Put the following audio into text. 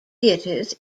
theatres